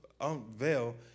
unveil